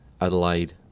Adelaide